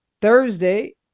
Thursday